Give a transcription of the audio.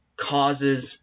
causes –